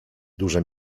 duże